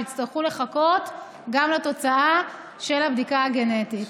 שיצטרכו לחכות גם לתוצאה של הבדיקה הגנטית.